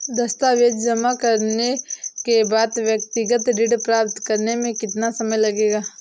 दस्तावेज़ जमा करने के बाद व्यक्तिगत ऋण प्राप्त करने में कितना समय लगेगा?